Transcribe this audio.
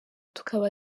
tukaba